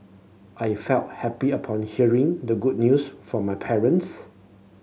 I felt happy upon hearing the good news from my parents